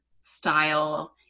style